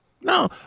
No